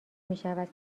میشود